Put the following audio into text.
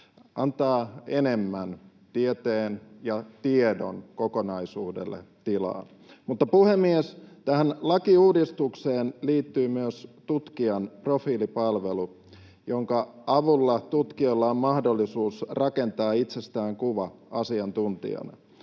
antaa enemmän tilaa tieteen ja tiedon kokonaisuudelle. Mutta, puhemies, tähän lakiuudistukseen liittyy myös tutkijan profiilipalvelu, jonka avulla tutkijoilla on mahdollisuus rakentaa itsestään kuva asiantuntijana.